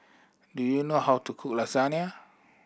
do you know how to cook Lasagne